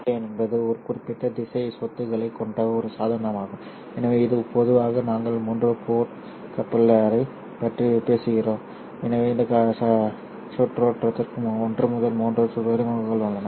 ஒரு சுற்றறிக்கை என்பது ஒரு குறிப்பிட்ட திசை சொத்துக்களைக் கொண்ட ஒரு சாதனமாகும் எனவே இது பொதுவாக நாங்கள் மூன்று போர்ட் கப்ளரைப் பற்றி பேசுகிறோம் எனவே இந்த சுற்றோட்டத்திற்கு 1 முதல் 3 துறைமுகங்கள் உள்ளன